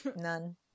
None